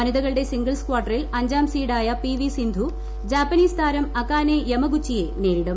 വനിതകളുടെ സിംഗിൾസ് കാർട്ടറിൽ അഞ്ചാം സീഡായ പി വി സിന്ധു ജാപ്പനീസ് താരം അകാനെ യെമഗുച്ചിയെ നേരിടും